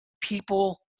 people